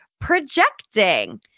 projecting